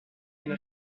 une